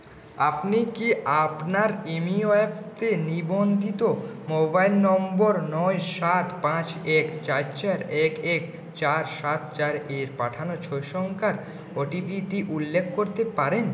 আপনি কি আপনার ইপিএফও তে নিবন্ধিত মোবাইল নম্বর নয় সাত পাঁচ এক চার চার এক এক চার সাত চার এ পাঠানো ছয় সংখ্যার ওটিপি টি উল্লেখ করতে পারেন